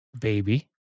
Baby